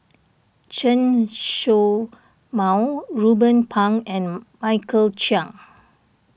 Chen Show Mao Ruben Pang and Michael Chiang